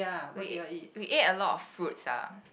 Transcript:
we ate we ate a lot of food sia